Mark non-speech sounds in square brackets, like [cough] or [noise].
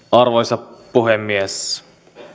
[unintelligible] arvoisa puhemies